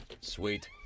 Sweet